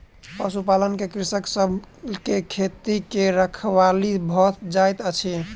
पशुपालन से कृषक सभ के खेती के रखवाली भ जाइत अछि